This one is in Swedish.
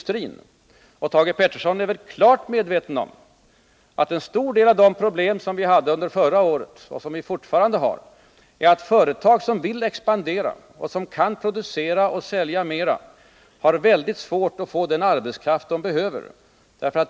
Thage Peterson är väl klart medveten om att ett av de problem som vi hade under förra året och som vi fortfarande har är att företag som vill expandera och som kan producera och sälja mera har väldigt svårt att få den arbetskraft som de behöver.